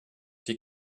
die